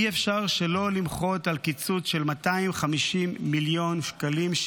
אי-אפשר שלא למחות על קיצוץ של 250 מיליון שקלים,